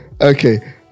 okay